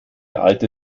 alte